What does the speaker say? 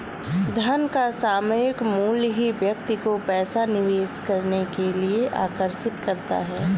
धन का सामायिक मूल्य ही व्यक्ति को पैसा निवेश करने के लिए आर्कषित करता है